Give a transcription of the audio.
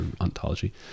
ontology